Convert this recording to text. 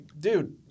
dude